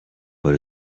but